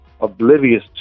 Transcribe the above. oblivious